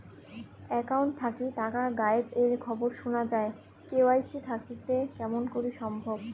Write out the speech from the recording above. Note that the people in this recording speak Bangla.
একাউন্ট থাকি টাকা গায়েব এর খবর সুনা যায় কে.ওয়াই.সি থাকিতে কেমন করি সম্ভব?